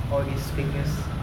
all this fake news